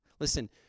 Listen